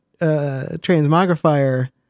transmogrifier